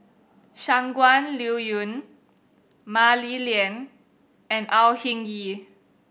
Shangguan Liuyun Mah Li Lian and Au Hing Yee